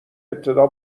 ابتدا